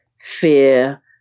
fear